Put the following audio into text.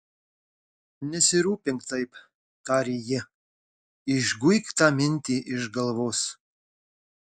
nesirūpink taip tarė ji išguik tą mintį iš galvos